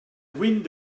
wind